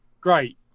great